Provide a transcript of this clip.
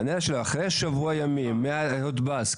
אחרי שבוע ימים מאז שהודפס,